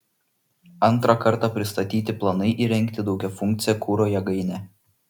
antrą kartą pristatyti planai įrengti daugiafunkcę kuro jėgainę